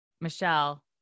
Michelle